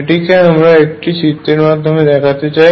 এটিকে আমরা একটি চিত্রের মাধ্যমে দেখাতে চাই